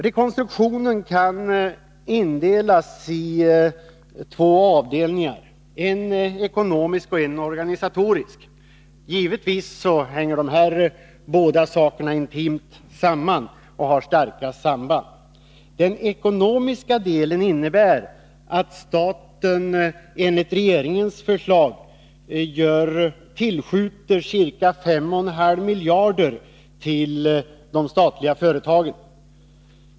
Rekonstruktionen kan indelas i två avdelningar, en ekonomisk och en organisatorisk. Givetvis hänger dessa båda saker intimt samman och har starka samband. Den ekonomiska delen innebär att staten enligt regeringens förslag tillskjuter ca 5,5 miljarder till de statliga Nr 105 företagen.